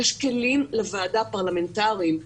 יש כלים פרלמנטריים לוועדה.